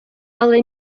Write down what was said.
але